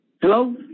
Hello